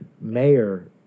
mayor